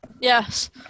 Yes